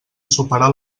superar